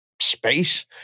space